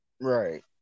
Right